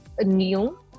new